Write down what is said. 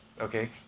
okay